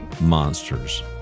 monsters